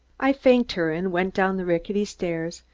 i thanked her and went down the rickety stairs,